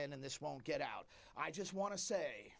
end this won't get out i just want to say